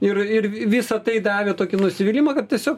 ir ir visa tai davė tokį nusivylimą kad tiesiog